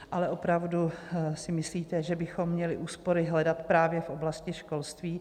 Ale opravdu si myslíte, že bychom měli úspory hledat právě v oblasti školství?